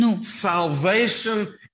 Salvation